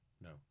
No